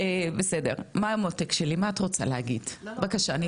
מה מותק שלי מה את רוצה להגיד, בבקשה.